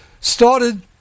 started